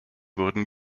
wurden